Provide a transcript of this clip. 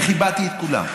וכיבדתי את כולם.